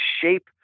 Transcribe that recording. shape